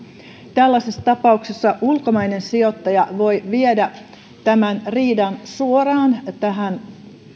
tällaisessa tapauksessa ulkomainen sijoittaja voi viedä riidan suoraan tähän